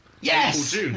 Yes